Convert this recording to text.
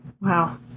Wow